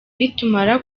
nitumara